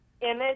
image